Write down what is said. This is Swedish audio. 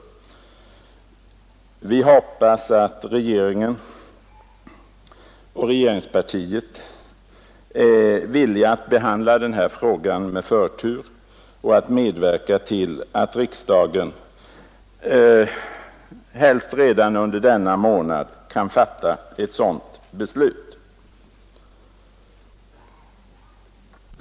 Vi hoppas att regeringen och regeringspartiet är villiga att behandla den här frågan med förtur och att medverka till att riksdagen, helst redan under denna månad, kan fatta ett sådant beslut.